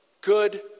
good